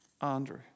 Andrew